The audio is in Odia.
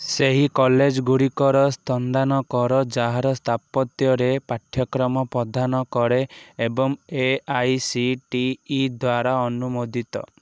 ସେହି କଲେଜ ଗୁଡ଼ିକର ସନ୍ଧାନ କର ଯାହା ସ୍ଥାପତ୍ୟରେ ପାଠ୍ୟକ୍ରମ ପ୍ରଦାନ କରେ ଏବଂ A I C T E ଦ୍ଵାରା ଅନୁମୋଦିତ